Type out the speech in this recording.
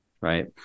Right